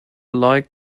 leigh